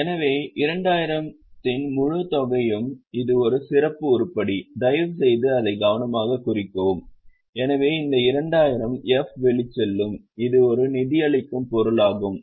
எனவே 2000 இன் முழுத் தொகையும் இது ஒரு சிறப்பு உருப்படி தயவுசெய்து அதை கவனமாகக் குறிக்கவும் எனவே இந்த 2000 'f' வெளிச்செல்லும் இது ஒரு நிதியளிக்கும் பொருளாகும்